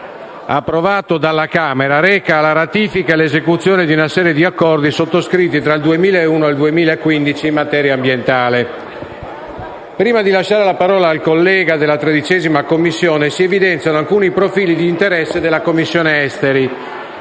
approvato dalla Camera, reca la ratifica e l'esecuzione di una serie di accordi, sottoscritti tra il 2001 e il 2015, in materia ambientale. Prima di lasciare la parola al collega della 13a Commissione, si evidenziano alcuni profili di interesse della Commissione affari